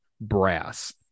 Brass